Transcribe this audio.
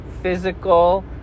physical